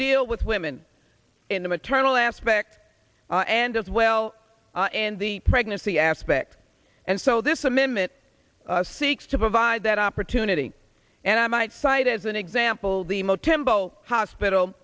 deal with women in the maternal aspect and as well and the pregnancy aspect and so this amendment seeks to provide that opportunity and i might cite as an example the mo tembo hospital